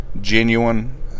genuine